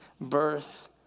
birth